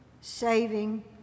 saving